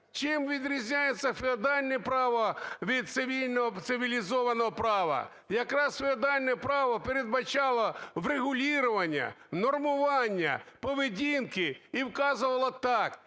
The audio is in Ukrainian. чим відрізняється феодальне право від цивільного цивілізованого права. Якраз феодальне право передбачало врегулірованіє, нормування поведінки і вказувало так,